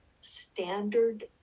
standard